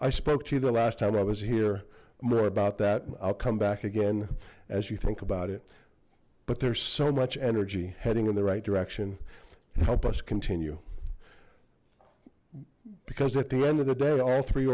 i spoke to you the last time i was here more about that i'll come back again as you think about it but there's so much energy heading in the right direction and help us continue because at the end of the day all three